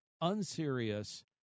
unserious